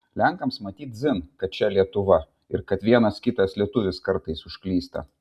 lenkams matyt dzin kad čia lietuva ir kad vienas kitas lietuvis kartais užklysta